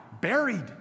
Buried